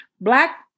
Black